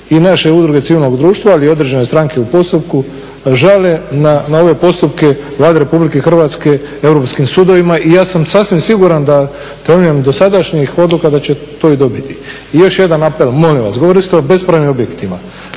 i naše udruge civilnog društva ali i određene stranke u postupku žale na ove postupke Vlade RH europskim sudovima. I ja sam sasvim siguran da temeljem dosadašnjih odluka da će to i dobiti. I još jedan apel, molim vas, govorili ste o bespravnim objektima,